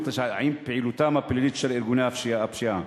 עם פעילותם הפלילית של ארגוני הפשיעה.